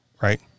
right